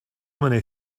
many